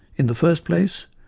in the first place,